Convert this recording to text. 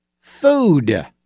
food